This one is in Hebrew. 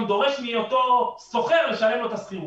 דורש מאותו שוכר לשלם לו את השכירות.